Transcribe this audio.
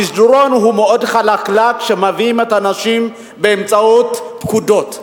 המסדרון מאוד חלקלק כשמביאים את האנשים באמצעות פקודות.